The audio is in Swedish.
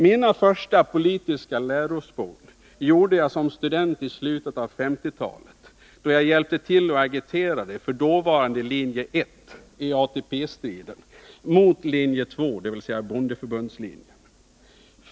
Mina första politiska lärospån gjorde jag som student i slutet av 1950-talet, då jag hjälpte till att agitera för dåvarande linje 1i ATP-striden mot linje 2, dvs. bondeförbundslinjen.